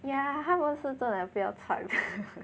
yeah 他都是坐 liao 不要吵